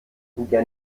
der